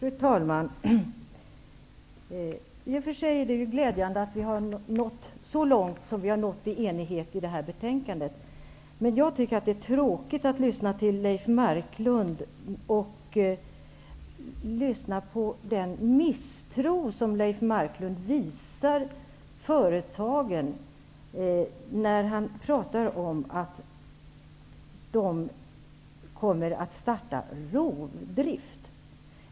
Fru talman! Det är i och för sig glädjande att vi har nått enighet så långt som vi har gjort i detta betänkande. Jag tycker att det är tråkigt att lyssna till Leif Marklund och den misstro han visar företagen, när han säger att de kommer att starta rovdrift.